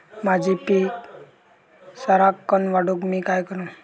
माझी पीक सराक्कन वाढूक मी काय करू?